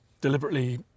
deliberately